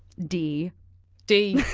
d d?